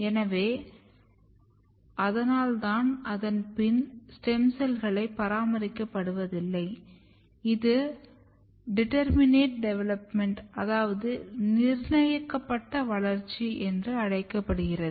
எனவே அதனால்தான் அதன் பின் ஸ்டெம் செல்கள் பராமரிக்கப்படுவதில்லை இது டிட்டர்மினேட் டிவலப்மென்ட் அதாவது நிர்ணயிக்கும் வளர்ச்சி என்று அழைக்கப்படுகிறது